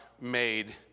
made